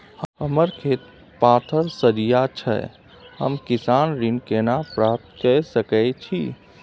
हमर खेत पथार सझिया छै हम किसान ऋण केना प्राप्त के सकै छी?